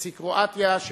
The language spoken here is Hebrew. נשיא קרואטיה,